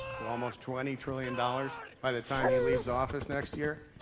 to almost twenty trillion dollars, by the time he leaves office next year.